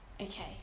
Okay